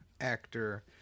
actor